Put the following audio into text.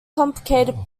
complicated